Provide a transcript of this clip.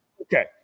Okay